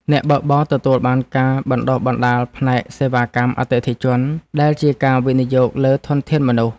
អ្នកបើកបរទទួលបានការបណ្ដុះបណ្ដាលផ្នែកសេវាកម្មអតិថិជន ដែលជាការវិនិយោគលើធនធានមនុស្ស។